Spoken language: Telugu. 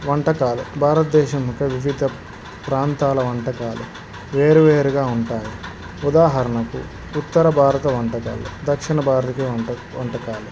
వంటకాలు భారతదేశం యొక్క వివిధ ప్రాంతాల వంటకాలు వేరువేరుగా ఉంటాయి ఉదాహరణకు ఉత్తర భారత వంటకాలు దక్షిణ భారతకి వంట వంటకాలు